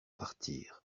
partir